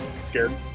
scared